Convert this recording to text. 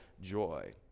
joy